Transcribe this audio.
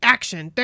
Action